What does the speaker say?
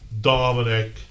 Dominic